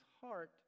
heart